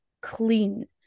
clean